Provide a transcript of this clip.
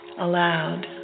aloud